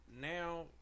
now